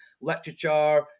literature